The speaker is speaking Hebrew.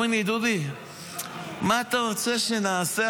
אומרים לי: דודי, מה אתה רוצה שנעשה?